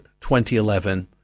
2011